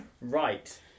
right